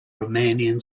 romanian